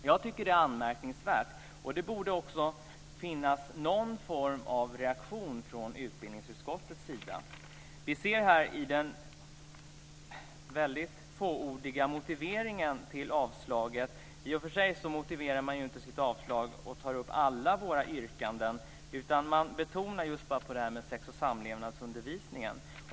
Jag tycker att det är anmärkningsvärt. Det borde också finnas någon form av reaktion från utbildningsutskottet. I och för sig tar man inte upp alla våra yrkanden och motiverar sitt avslag, utan man lägger betoningen just på detta med sex och samlevnadsundervisningen.